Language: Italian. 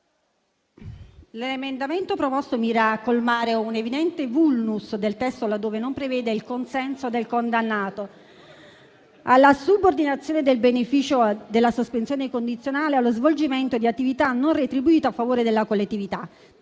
l'emendamento 1.0.103 mira a colmare un evidente *vulnus* del testo, laddove non prevede il consenso del condannato alla subordinazione del beneficio della sospensione condizionale allo svolgimento di attività non retribuite a favore della collettività.